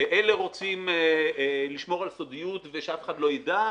אלה רוצים לשמור על סודיות ושאף אחד לא ידע,